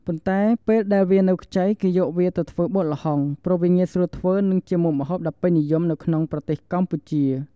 ប៉ុន្តែពេលដែលវានៅខ្ចីគេយកវាទៅធ្វើបុកល្ហុងព្រោះងាយស្រួលធ្វើនិងជាមុខម្ហូបដ៏ពេញនិយមក្នុងប្រទេសកម្ពុជា។